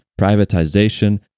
privatization